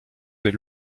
des